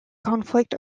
conflict